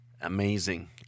Amazing